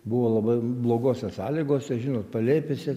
buvo labai blogose sąlygose žinot palėpėse